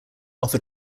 offer